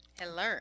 hello